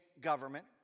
government